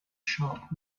sharp